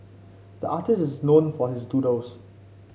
the artist is known for his doodles